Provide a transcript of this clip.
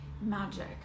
magic